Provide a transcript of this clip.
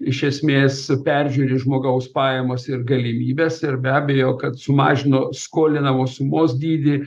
iš esmės peržiūri žmogaus pajamas ir galimybes ir be abejo kad sumažino skolinamos sumos dydį